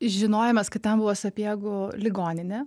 žinojimas kad ten buvo sapiegų ligoninė